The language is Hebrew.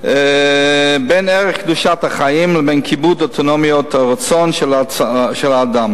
בין ערך קדושת החיים לבין כיבוד אוטונומיית הרצון של האדם.